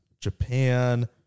Japan